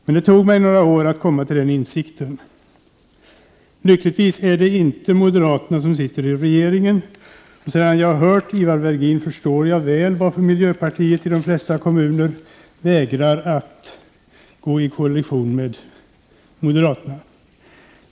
Men det tog mig några år att komma till den insikten. Lyckligtvis är det inte moderaterna som sitter i regeringen. Sedan jag hört Ivar Virgin förstår jag väl varför miljöpartiet i de flesta kommuner vägrar att gå i koalition med moderaterna.